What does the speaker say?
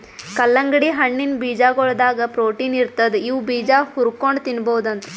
ಕಲ್ಲಂಗಡಿ ಹಣ್ಣಿನ್ ಬೀಜಾಗೋಳದಾಗ ಪ್ರೊಟೀನ್ ಇರ್ತದ್ ಇವ್ ಬೀಜಾ ಹುರ್ಕೊಂಡ್ ತಿನ್ಬಹುದ್